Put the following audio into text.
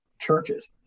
churches